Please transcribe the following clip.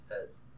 heads